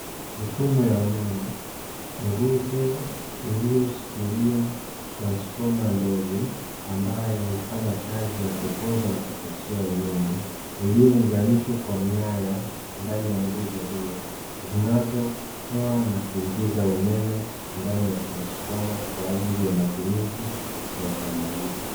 Mifumo ya umeme, nguzo iliyoshikilia transfoma ndogo, ambayo hufanya kazi ya kupooza na kuchochea umeme iliyounganishwa kwa nyaya, ndani ya nguzo hiyo, Zinazotoa na kuingiza umeme ndani ya transfoma kwa ajili ya matumizi ya kawaida.